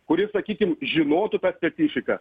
kuris sakykim žinotų tas specifikas